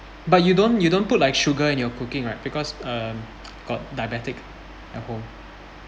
but you don't you don't put like sugar in your cooking right because um got diabetic at home